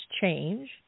change